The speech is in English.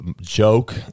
joke